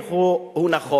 וההיפך הוא נכון.